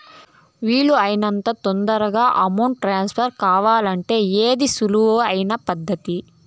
వీలు అయినంత తొందరగా అమౌంట్ ను ట్రాన్స్ఫర్ కావాలంటే ఏది సులువు అయిన పద్దతి